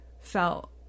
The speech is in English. felt